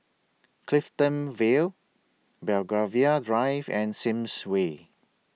Clifton Vale Belgravia Drive and Sims Way